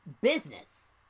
business